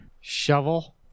Shovel